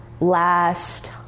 last